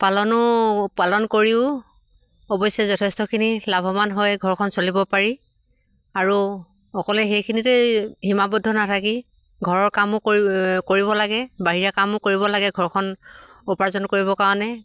পালনো পালন কৰিও অৱশ্যে যথেষ্টখিনি লাভৱান হয় ঘৰখন চলিব পাৰি আৰু অকলে সেইখিনিতেই সীমাবদ্ধ নাথাকি ঘৰৰ কামো কৰি কৰিব লাগে বাহিৰা কামো কৰিব লাগে ঘৰখন উপাৰ্জন কৰিবৰ কাৰণে